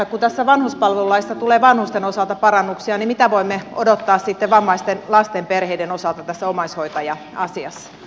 kun tässä vanhuspalvelulaissa tulee vanhusten osalta parannuksia niin mitä voimme odottaa sitten vammaisten lasten perheiden osalta tässä omaishoitaja asiassa